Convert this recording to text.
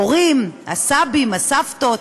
ההורים, הסבים, הסבתות,